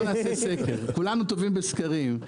כולנו טובים בסקרים.